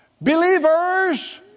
Believers